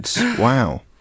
Wow